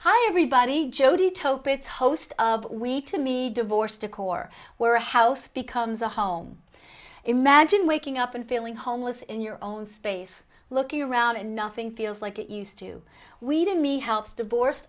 hi everybody jody toeplitz host of we to me divorce decor warehouse becomes a home imagine waking up and feeling homeless in your own space looking around and nothing feels like it used to weedon me helps divorce